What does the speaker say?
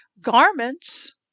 garments